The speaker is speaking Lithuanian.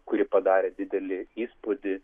kuri padarė didelį įspūdį